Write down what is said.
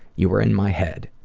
you were in my head,